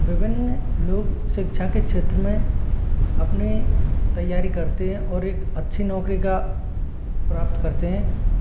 विभिन्न लोग शिक्षा के क्षेत्र में अपने तैयारी करते हैं और एक अच्छी नौकरी का प्राप्त करते हैं